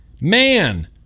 man